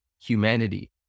humanity